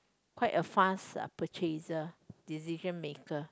quite a fast uh purchaser decision maker